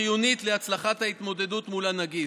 חיונית להצלחת ההתמודדות מול הנגיף.